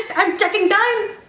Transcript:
i'm checking time!